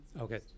Okay